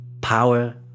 power